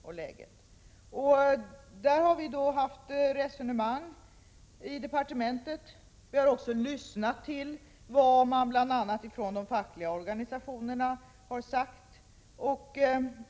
Vi har haft resonemang i departementet. Vi har också lyssnat till vad de fackliga organisationerna har sagt.